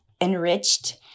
enriched